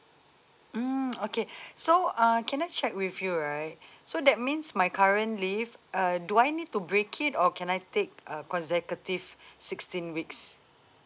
mm okay so uh can I check with you right so that means my current leave uh do I need to break it or can I take a consecutive sixteen weeks